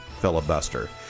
filibuster